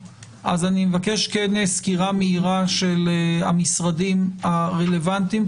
אני מבקש סקירה מהירה של המשרדים הרלוונטיים,